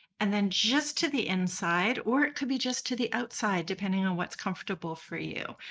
and then just to the inside. or it could be just to the outside depending on what's comfortable for you.